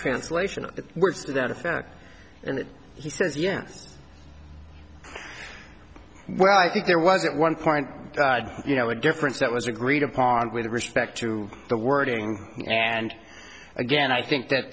translation of the words to that effect and he says yes well i think there was at one point you know a difference that was agreed upon with respect to the wording and again i think that